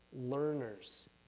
learners